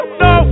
no